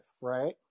right